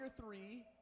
three